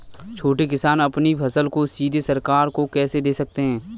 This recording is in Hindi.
छोटे किसान अपनी फसल को सीधे सरकार को कैसे दे सकते हैं?